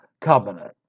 covenant